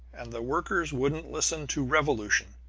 and the workers wouldn't listen to revolution!